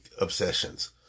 obsessions